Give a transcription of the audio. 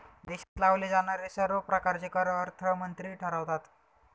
देशात लावले जाणारे सर्व प्रकारचे कर अर्थमंत्री ठरवतात